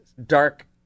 dark